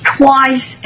twice